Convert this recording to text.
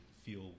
feel